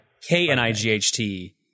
k-n-i-g-h-t